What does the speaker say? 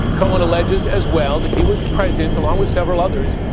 cohen alleges as well that he was present, along with several others,